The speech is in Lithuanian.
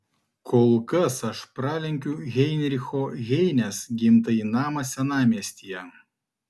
kol kas aš pralenkiu heinricho heinės gimtąjį namą senamiestyje